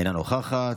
אינה נוכחת,